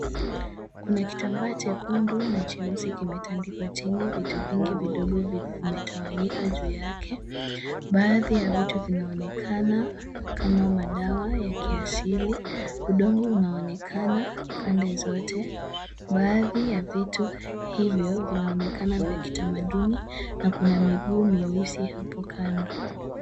Kuna kitambaa chekundu na cheusi kimetandikwa chini, vitu vingi vidogo vimetawanyika juu yake. Baadhi ya vitu vinaonekana kama madawa ya kiasili. Udongo unaonekana pande zote. Baadhi ya vitu hivyo vinaonekana vya kitamaduni na kuna miguu mieusi hapo kando.